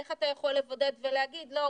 איך אתה יכול לבודד ולהגיד שלא,